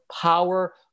power